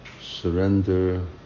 surrender